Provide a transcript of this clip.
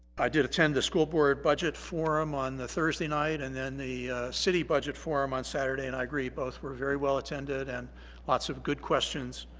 i did attend the school board budget forum on the thursday night and then the city budget forum on saturday and i agree both were very well attended and lots of good questions